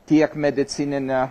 tiek medicinine